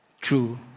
true